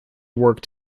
worked